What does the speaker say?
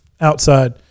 outside